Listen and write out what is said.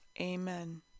Amen